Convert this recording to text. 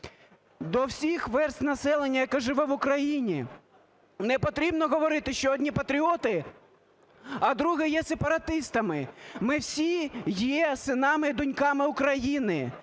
до всіх верств населення, яке живе в Україні. Непотрібно говорити, що одні – патріоти, а другі є сепаратистами, ми всі є синами і доньками України,